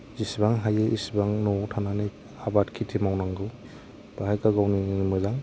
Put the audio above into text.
जेसेबां हायो इसेबां न'आव थानानै आबाद खेति मावनांगौ बेवहाय गाव गावनिनो मोजां